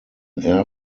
air